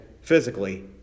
physically